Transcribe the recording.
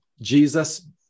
Jesus